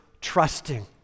trusting